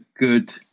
good